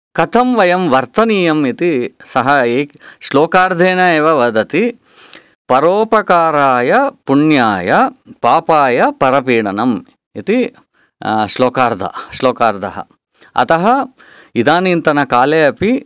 कथं वयं वर्तनीयम् इति सः श्लोकार्धेन एव वदति परोपकारः पुण्याय पापाय परपीडनम् इति श्लोकार्थः अतः इदानीन्तनकाले अपि